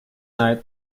night